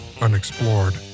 unexplored